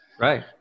Right